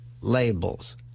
labels